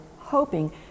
hoping